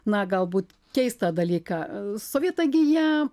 na galbūt keistą dalyką sovietai gi jie